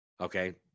Okay